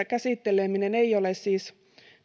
käsitteleminen yhdessä ei ole siis